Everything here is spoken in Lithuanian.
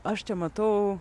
aš čia matau